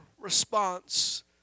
response